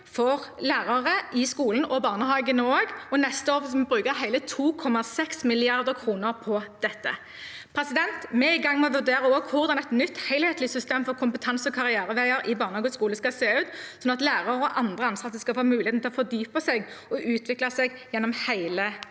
for lærere i skolen og barnehagene, og neste år skal vi bruke hele 2,6 mrd. kr på dette. Vi er også i gang med å vurdere hvordan et nytt, helhetlig system for kompetanse og karriereveier i barnehager og skoler skal se ut, sånn at lærere og andre ansatte skal få muligheten til å fordype og utvikle seg gjennom hele yrkeslivet.